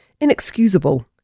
Inexcusable